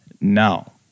no